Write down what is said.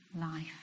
life